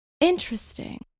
Interesting